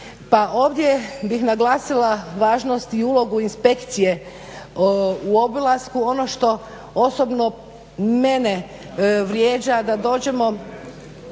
ovdje bih naglasila važnost i ulogu inspekcije u obilasku. Ono što mene osobno vrijeđa da dođemo